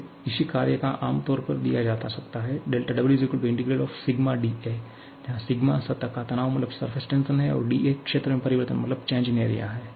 फिर इसी कार्य को आम तौर पर दिया जा सकता है δW ∫ σ dA जहां σ सतह का तनाव है और dA क्षेत्र में परिवर्तन है